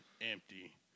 empty